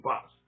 pass